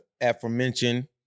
aforementioned